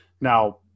now